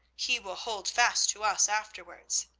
he will hold fast to us afterwards